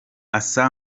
asa